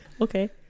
Okay